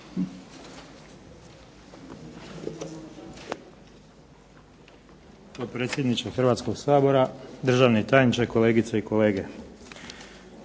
potpredsjedniče Hrvatskoga sabora. Gospodine državni tajniče, kolegice i kolege.